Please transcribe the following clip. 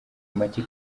make